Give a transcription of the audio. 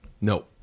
No